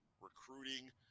recruiting